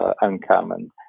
uncommon